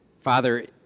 Father